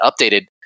updated